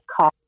call